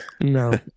No